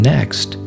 Next